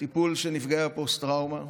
בטיפול בנפגעי הפוסט-טראומה